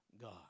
God